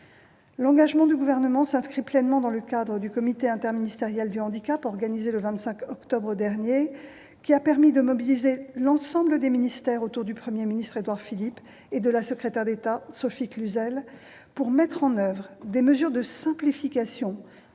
L'engagement du Gouvernement s'inscrit pleinement dans le cadre du comité interministériel du handicap organisé le 25 octobre dernier, qui a permis de mobiliser l'ensemble des ministères autour du Premier ministre, Édouard Philippe, et de la secrétaire d'État, Sophie Cluzel, pour mettre en oeuvre des mesures de simplification en faveur des